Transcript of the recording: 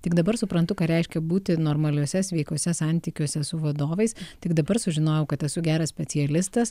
tik dabar suprantu ką reiškia būti normaliuose sveikuose santykiuose su vadovais tik dabar sužinojau kad esu geras specialistas